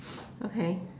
okay